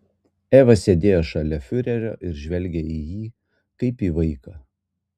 eva sėdėjo šalia fiurerio ir žvelgė į jį kaip į vaiką